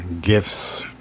gifts